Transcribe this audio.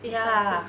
ya